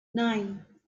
nine